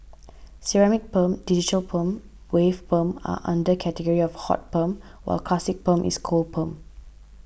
ceramic perm digital perm wave perm are under category of hot perm while classic perm is cold perm